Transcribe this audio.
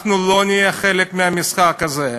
אנחנו לא נהיה חלק מהמשחק הזה.